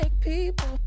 people